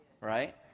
right